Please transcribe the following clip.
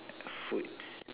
foods